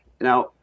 now